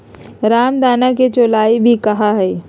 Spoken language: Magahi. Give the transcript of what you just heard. रामदाना के चौलाई भी कहा हई